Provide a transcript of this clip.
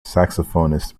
saxophonist